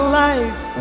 life